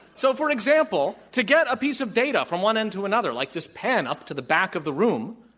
so, for example, to get a piece of data from one end to another, like this pen up to the back of the room,